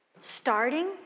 starting